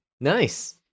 nice